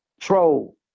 troll